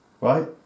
right